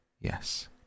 Yes